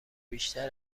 بیشتر